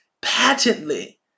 patently